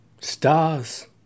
stars